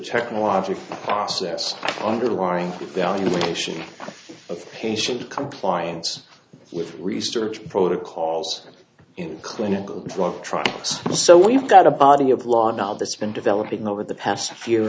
technological process underlying valuation of patient compliance with research protocols in clinical drug trials so we've got a body of law now this been developing over the past year